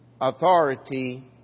authority